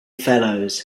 fellows